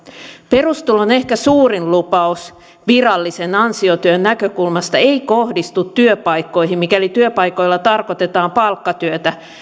perustulon ehkä suurin lupaus virallisen ansiotyön näkökulmasta ei kohdistu työpaikkoihin mikäli työpaikoilla tarkoitetaan palkkatyötä